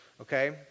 okay